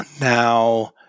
Now